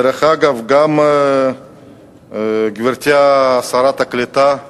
דרך אגב, גברתי שרת הקליטה,